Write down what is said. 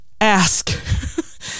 ask